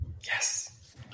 Yes